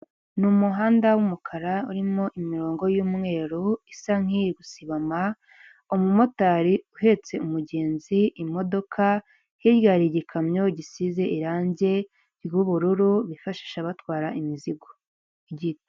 Ni umuhanda w'umukara urimo imirongo y'umweru isa nk'iri gusibama, umumotari uhetse umugenzi imodoka, hirya hari igikamyo gisize irangi ry'ubururu bifashisha batwara imizigo.